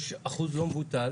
יש אחוז לא מבוטל